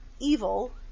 evil